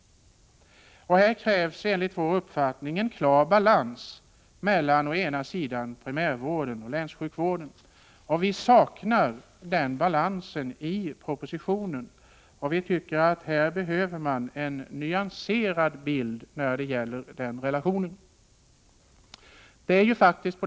Här krävs enligt vår uppfattning en klar balans mellan primärvården och länssjukvården. Vi saknar den balansen i propositionen, och vi tycker att det behövs en nyanserad bild när det gäller den relationen.